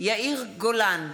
יאיר גולן,